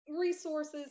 resources